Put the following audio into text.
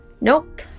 Nope